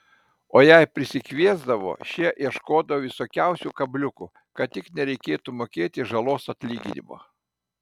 o jei prisikviesdavo šie ieškodavo visokiausių kabliukų kad tik nereikėtų mokėti žalos atlyginimo